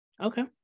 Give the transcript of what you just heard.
Okay